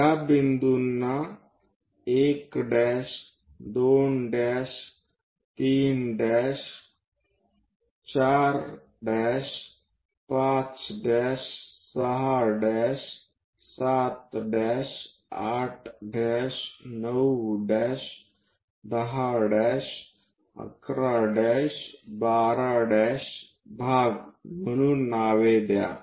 या बिंदूना 1 2 3 4 5 6 7 8 9 10 11 आणि 12 भाग म्हणून नावे द्या